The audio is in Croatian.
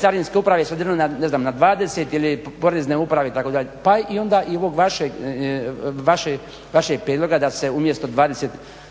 Carinske uprave sudjeluje na ne znam na 20 ili Porezne uprave itd. Pa i onda i ovog vašeg prijedloga da se umjesto 20